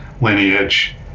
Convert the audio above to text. lineage